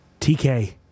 TK